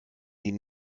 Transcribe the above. sie